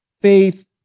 faith